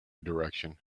direction